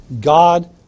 God